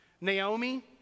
Naomi